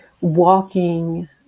walking